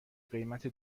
قیمت